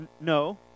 No